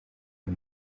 uyu